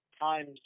times